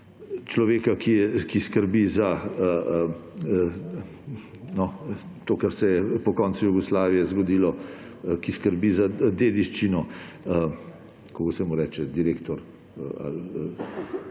človeka, ki skrbi za to, kar se je po koncu Jugoslavije zgodilo, ki skrbi za dediščino … Kako se mu reče? Gospod